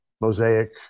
mosaic